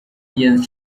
ingenzi